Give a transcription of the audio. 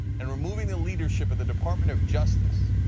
and removing the leadership of the department of justice.